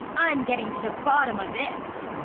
i'm getting to the bottom of this.